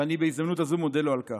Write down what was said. ואני, בהזדמנות זו, מודה לו על כך.